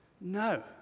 No